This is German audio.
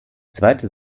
zweite